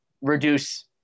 reduce